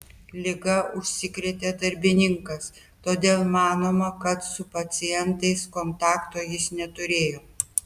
liga užsikrėtė darbininkas todėl manoma kad su pacientais kontakto jis neturėjo